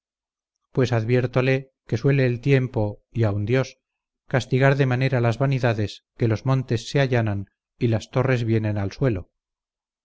pues adviértole que suele el tiempo y aun dios castigar de manera las vanidades que los montes se allanan y las torres vienen al suelo